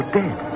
dead